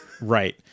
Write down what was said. right